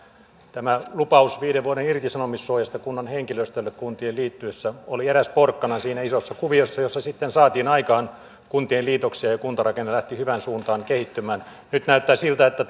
tämä lupaus viiden vuoden irtisanomissuojasta kunnan henkilöstölle kuntien liittyessä oli eräs porkkana siinä isossa kuviossa jossa sitten saatiin aikaan kuntien liitoksia ja kuntarakenne lähti hyvään suuntaan kehittymään nyt näyttää siltä että